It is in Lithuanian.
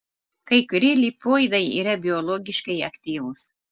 kai kurie lipoidai yra biologiškai aktyvūs